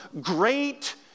great